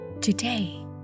Today